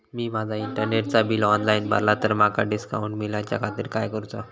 मी माजा इंटरनेटचा bill online भरला तर माका डिस्काउंट मिलाच्या खातीर काय करुचा?